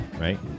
right